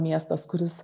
miestas kuris